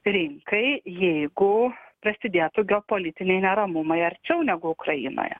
rinkai jeigu prasidėtų geopolitiniai neramumai arčiau negu ukrainoje